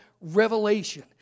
revelation